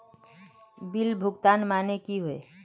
Bill भुगतान माने की होय?